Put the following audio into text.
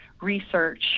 research